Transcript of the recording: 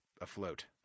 afloat